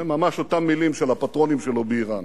ממש אותן מלים של הפטרונים שלו באירן.